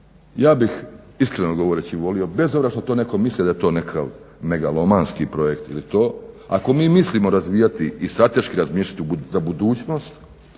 Ja bih iskreno govoreći volio bez obzira što to netko misli da je to megalomanski projekt ili to, ako mi mislimo razvijati i strateški razmišljati za budućnost